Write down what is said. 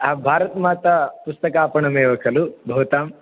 भारतमातापुस्तकापणमेव खलु भवताम्